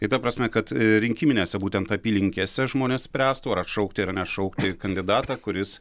tai ta prasme kad rinkiminėse būtent apylinkėse žmonės spręstų ar atšaukti ar neatšaukti kandidatą kuris